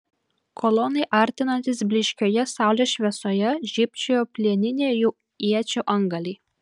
kolonai artinantis blyškioje saulės šviesoje žybčiojo plieniniai jų iečių antgaliai